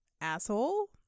asshole